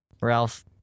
Ralph